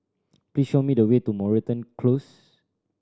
please show me the way to Moreton Close